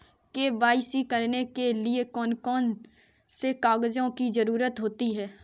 KYC करने के लिए कौन कौन से कागजों की जरूरत होती है?